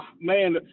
man